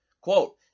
Quote